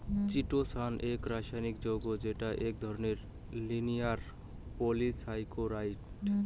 chitosan এক রাসায়নিক যৌগ্য যেইটো এক ধরণের লিনিয়ার পলিসাকারাইড